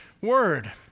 word